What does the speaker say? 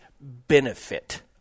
benefit